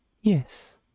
yes